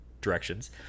directions